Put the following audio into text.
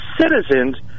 citizens